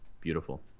Beautiful